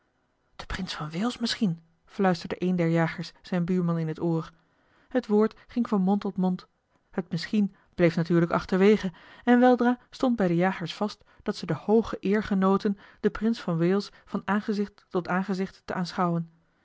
de prins van wales misschien fluisterde een der jagers zijn buurman in het oor het woord ging van mond tot mond het misschien bleef natuurlijk achterwege en weldra stond bij de jagers vast dat ze de hooge eer genoten den prins van wales van aangezicht tot aangezicht te aanschouwen